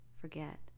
forget